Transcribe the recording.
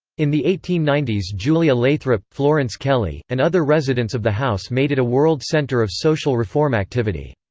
in the eighteen ninety s julia lathrop, florence kelley, and other residents of the house made it a world center of social reform activity.